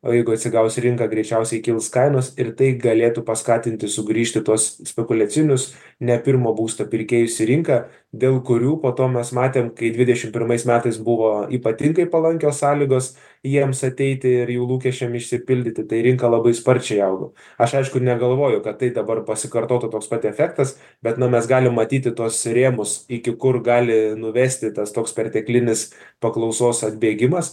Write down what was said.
o jeigu atsigaus rinka greičiausiai kils kainos ir tai galėtų paskatinti sugrįžti tuos spekuliacinius ne pirmo būsto pirkėjus į rinką dėl kurių po to mes matėm kai dvidešimt pirmais metais buvo ypatingai palankios sąlygos jiems ateiti ir jų lūkesčiam išsipildyti tai rinka labai sparčiai augo aš aišku negalvojau kad tai dabar pasikartotų toks pat efektas bet nu mes galim matyti tos ribos iki kur gali nuvesti tas toks perteklinis paklausos atbėgimas